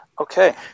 okay